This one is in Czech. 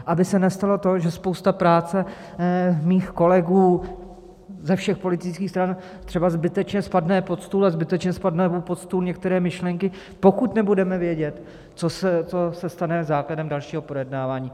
Aby se nestalo to, že spousta práce mých kolegů ze všech politických stran třeba zbytečně spadne pod stůl a zbytečně spadnou pod stůl některé myšlenky, pokud nebudeme vědět, co se stane základem dalšího projednávání.